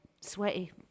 Sweaty